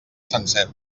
sencer